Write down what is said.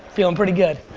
feeling pretty good.